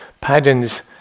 patterns